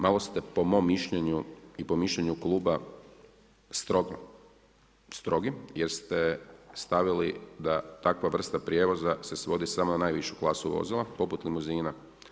Malo ste po mom mišljenju i po mišljenju kluba strogi jer ste stavili da takva vrsta prijevoza se svodi samo na najvišu klasu vozila poput limuzina.